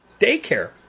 daycare